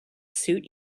suit